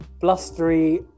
blustery